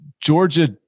Georgia